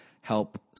help